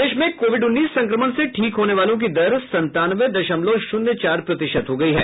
प्रदेश में कोविड उन्नीस संक्रमण से ठीक होने वालों की दर संतानवे दशमलव शून्य चार प्रतिशत हो गयी है